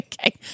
Okay